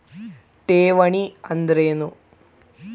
ಠೇವಣಿ ಅಂದ್ರೇನು?